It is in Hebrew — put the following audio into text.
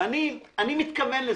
אני מתכוון לזה.